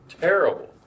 terrible